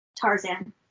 Tarzan